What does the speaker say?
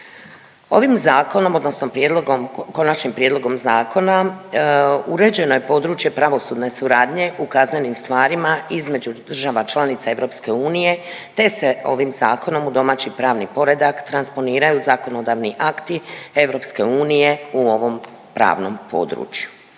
Ovim zakonom, odnosno prijedlogom, konačnim prijedlogom zakona uređeno je područje pravosudne suradnje u kaznenim stvarima između država članica EU, te se ovim zakonom u domaći pravni poredak transponiraju zakonodavni akti EU u ovom pravnom području.